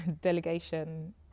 delegation